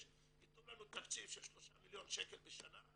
יתנו לנו תקציב של שלושה מיליון שקל בשנה,